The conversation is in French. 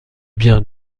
bien